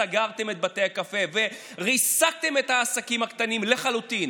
סגרתם את בתי קפה וריסקתם את העסקים הקטנים לחלוטין?